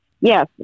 Yes